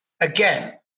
Again